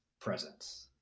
presence